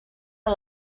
per